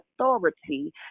authority